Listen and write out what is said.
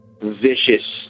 vicious